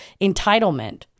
entitlement